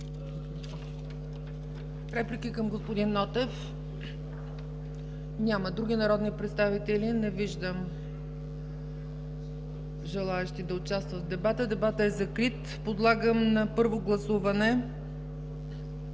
Реплики към господин Нотев? Няма. Други народни представители? Не виждам желаещи да участват в дебата. Дебатът е закрит. Подлагам на първо гласуване